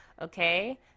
Okay